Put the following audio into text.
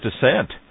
descent